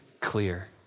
clear